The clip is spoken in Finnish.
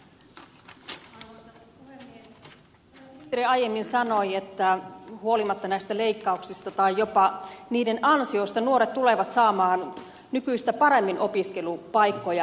täällä ministeri aiemmin sanoi että huolimatta näistä leikkauksista tai jopa niiden ansiosta nuoret tulevat saamaan nykyistä paremmin opiskelupaikkoja